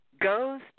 goes